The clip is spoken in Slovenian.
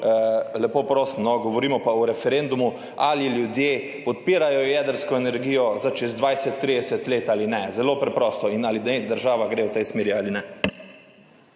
Lepo prosim, govorimo pa o referendumu, ali ljudje podpirajo jedrsko energijo čez 20, 30 let ali ne, zelo preprosto, in ali naj država gre v tej smeri ali ne.